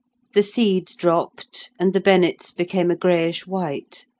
the seeds dropped, and the bennets became a greyish-white,